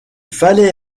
fallait